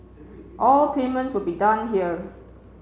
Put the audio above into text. all payment will be done here